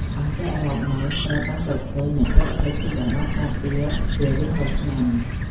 អន្ទាក់រាប់ម៉ឺនត្រូវបានរកឃើញ និងដកចេញពីតំបន់ការពារជារៀងរាល់ឆ្នាំ។